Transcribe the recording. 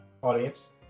audience